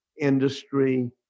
Industry